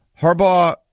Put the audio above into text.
Harbaugh